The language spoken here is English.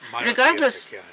regardless